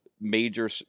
major